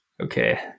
Okay